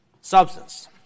substance